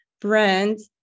brands